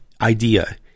idea